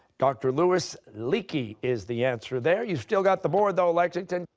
dr. louis leakey is the answer there. you've still got the board, though, lexington.